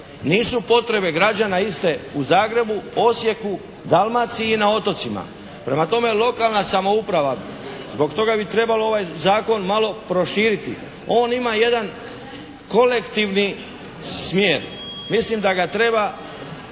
Nisu potrebe građana iste u Zagrebu, Osijeku, Dalmaciji i otocima. Prema tome, lokalna samouprava zbog toga bi trebala ovaj Zakon malo proširiti. On ima jedan kolektivni smjer, mislim da mu treba